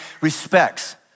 respects